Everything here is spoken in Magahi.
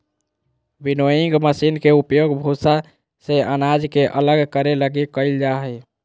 विनोइंग मशीन के उपयोग भूसा से अनाज के अलग करे लगी कईल जा हइ